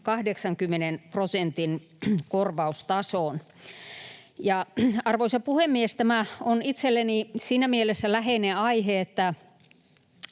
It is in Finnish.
80 prosentin korvaustasoon. Arvoisa puhemies! Tämä on itselleni siinä mielessä läheinen aihe, että